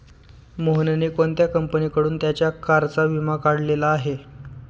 मोहनने कोणत्या कंपनीकडून त्याच्या कारचा विमा काढलेला आहे?